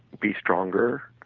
be stronger,